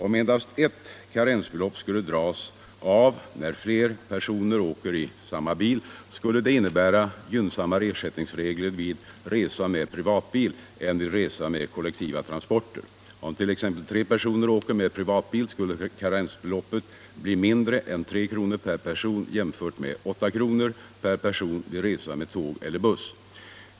Om endast ett karensbelopp skulle dras av när flera personer åker i samma bil skulle det innebära gynnsammare ersättningsregler vid resa med privatbil än vid resa med kollektiva transporter. Om t.ex. tre personer åker med privatbil skulle karensbeloppet då bli mindre än 3 kr. per person jämfört med 8 kr. per person vid resa med tåg eller buss.